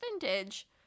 vintage